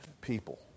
people